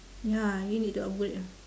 ya you need to upgrade ah